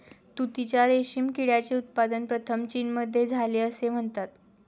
तुतीच्या रेशीम किड्याचे उत्पादन प्रथम चीनमध्ये झाले असे म्हणतात